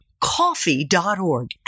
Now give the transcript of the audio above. coffee.org